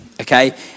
okay